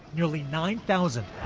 nearly nine thousand.